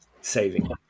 saving